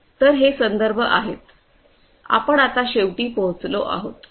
तर हे संदर्भ आहेत आपण आता शेवटी पोहोचलो आहोत